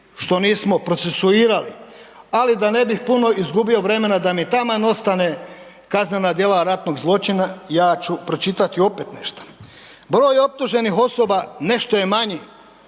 što nismo procesuirali ali da ne bih puno izgubio vremena da mi taman ostane kaznena djela ratnog zločina, ja ću pročitat opet nešto. Broj optuženih osoba nešto je manji